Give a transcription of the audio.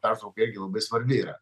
pertrauka irgi labai svarbi yra